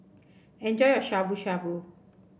enjoy your Shabu Shabu